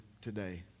today